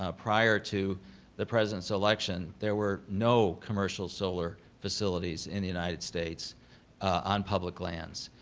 ah prior to the president's election, there were no commercial solar facilities in the united states on public lands.